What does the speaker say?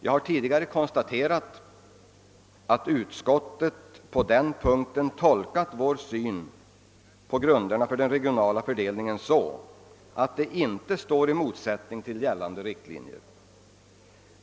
Jag har tidigare konstaterat att utskottet tolkat vår syn på dessa så, att de inte står i motsättning till gällande riktlinjer.